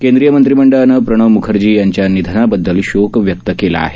केंद्रीय मंत्रिमंडळानं प्रणव म्खर्जी यांच्या निधनाबद्दल शोक व्यक्त केला आहे